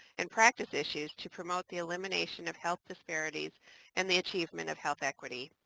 and practice issues to promote the elimination of health disparities and the achievement of health equity.